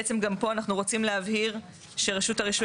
בעצם גם פה אנחנו רוצים להבהיר שרשות הרישוי